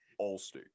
Allstate